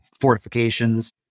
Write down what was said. fortifications